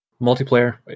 multiplayer